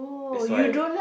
that's why